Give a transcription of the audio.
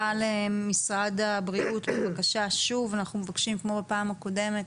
הערה למשרד הבריאות אנחנו מבקשים כמו בפעם הקודמת,